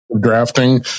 drafting